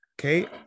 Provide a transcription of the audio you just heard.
Okay